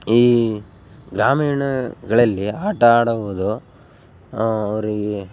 ಈ ಗ್ರಾಮೀಣಗಳಲ್ಲಿ ಆಟ ಆಡುವುದು ಅವರಿಗೆ